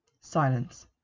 Silence